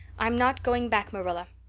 i'm not going back, marilla.